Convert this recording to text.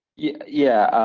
yeah.